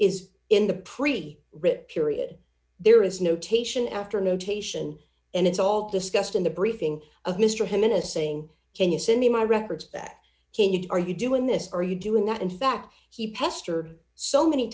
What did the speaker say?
is in the pre rip period there is notation after notation and it's all discussed in the briefing of mr him in a saying can you send me my records back can you are you doing this or are you doing that in fact he pester so many